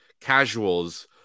casuals